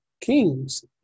kings